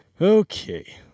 Okay